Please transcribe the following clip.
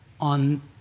on